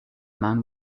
man